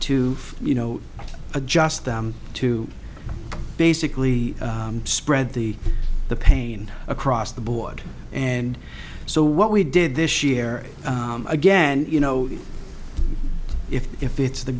to you know adjust them to basically spread the the pain across the board and so what we did this year again you know if it's the